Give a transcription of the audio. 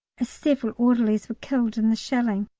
as several orderlies were killed in the shelling.